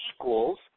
equals